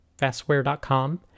fastware.com